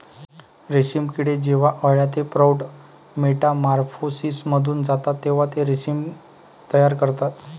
रेशीम किडे जेव्हा अळ्या ते प्रौढ मेटामॉर्फोसिसमधून जातात तेव्हा ते रेशीम तयार करतात